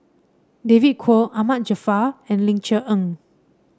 David Kwo Ahmad Jaafar and Ling Cher Eng